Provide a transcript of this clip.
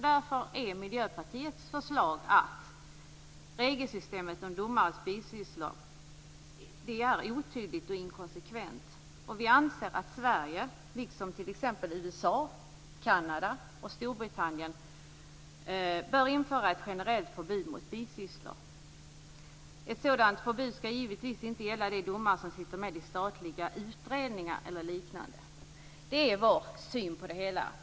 Därför anser Miljöpartiet att regelsystemet om domares bisysslor är otydligt och inkonsekvent. Vi anser att Sverige, liksom t.ex. USA, Kanada och Storbritannien, bör införa ett generellt förbud mot bisysslor. Ett sådant förbud skall givetvis inte gälla de domare som sitter med i statliga utredningar eller liknande. Det är vår syn på det hela.